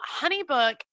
HoneyBook